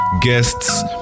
guests